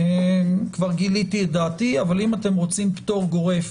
כבר גיליתי את דעתי, אבל אם אתם רוצים פטור גורף